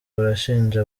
barashinja